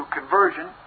conversion